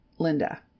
Linda